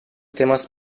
temas